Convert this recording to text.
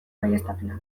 baieztapenak